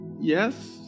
yes